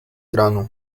grano